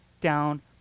down